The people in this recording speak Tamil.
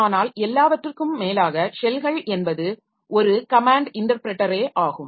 ஆனால் எல்லாவற்றிற்கும் மேலாக ஷெல்கள் என்பது ஒரு கமேன்ட் இன்டர்ப்ரெட்டரே ஆகும்